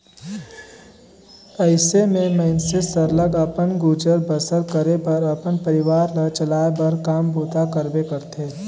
अइसे में मइनसे सरलग अपन गुजर बसर करे बर अपन परिवार ल चलाए बर काम बूता करबे करथे